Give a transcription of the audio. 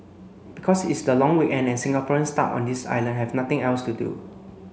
because it is the long weekend and Singaporeans stuck on this island have nothing else to do